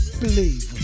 believe